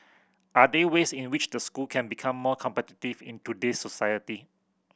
are there ways in which the school can become more competitive in today's society